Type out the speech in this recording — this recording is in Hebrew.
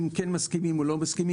אם כן מסכימים או לא מסכימים,